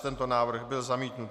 Tento návrh byl zamítnut.